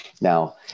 Now